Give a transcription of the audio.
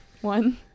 one